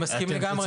אני מסכים לגמרי.